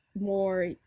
more